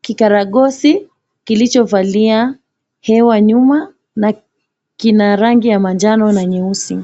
kikaragosi kilichovalia hewa nyuma na kina rangi ya manjano na nyeusi.